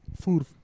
food